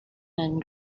and